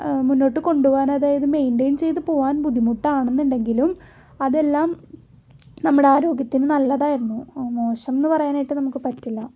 മുന്നോട്ട് കൊണ്ട് പോകാൻ അതായത് മെയിൻറ്റയിൻ ചെയ്ത് പോവാൻ ബുദ്ധിമുട്ടാണെന്നെണ്ടെങ്കിലും അതെല്ലാം നമ്മുടെ ആരോഗ്യത്തിന് നല്ലതായിരുന്നു മോശമെന്ന് പറയാനായിട്ട് നമുക്ക് പറ്റില്ല